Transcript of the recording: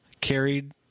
carried